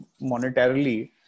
monetarily